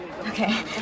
Okay